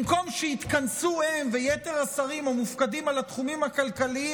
במקום שיתכנסו הם ויתר השרים המופקדים על התחומים הכלכליים,